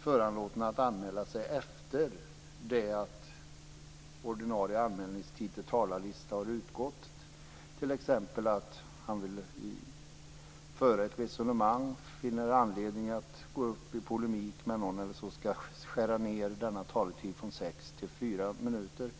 föranlåten att anmäla sig till talarlistan efter det att ordinarie anmälningstid har utgått, t.ex. därför att han vill föra ett resonemang eller finner anledning att gå upp i polemik mot någon, skall få sin talartid nedskuren från sex till fyra minuter.